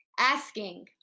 asking